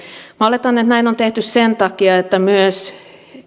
minä oletan että näin on tehty sen takia että myös